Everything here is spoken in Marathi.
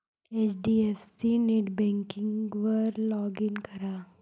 एच.डी.एफ.सी नेटबँकिंगवर लॉग इन करा